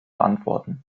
antworten